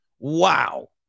wow